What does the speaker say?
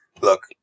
look